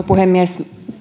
puhemies